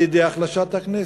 על-ידי החלשת הכנסת.